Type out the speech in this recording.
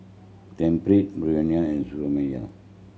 Tempt Burnie and Xiaomi